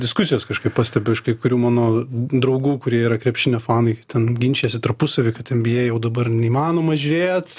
diskusijos kažkaip pastebiu iš kai kurių mano draugų kurie yra krepšinio fanai ten ginčijasi tarpusavy kad nba jau dabar neįmanoma žiūrėt